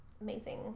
amazing